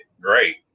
great